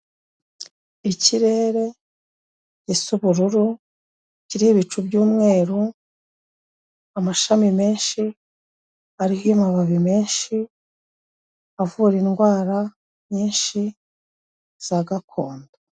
Ikirere gisa ubururu kiriho ibicu by'umweru, amashami menshi ariho amababi menshi avura indwara nyinshi za gakondo.